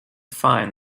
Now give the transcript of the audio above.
find